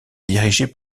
dirigé